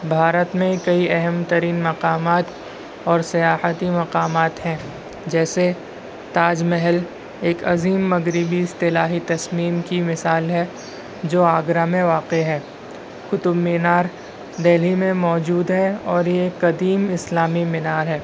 بھارت میں کئی اہم ترین مقامات اور سیاحتی مقامات ہیں جیسے تاج محل ایک عظیم مغربی اصطلاحی تسمیم کی مثال ہے جو آگرہ میں واقع ہے قطب مینار دہلی میں موجود ہے اور یہ قدیم اسلامی مینار ہے